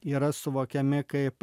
yra suvokiami kaip